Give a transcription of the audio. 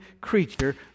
creature